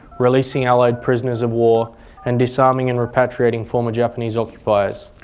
releasing allied prisoners of war and disarming and repatriating former japanese occupiers.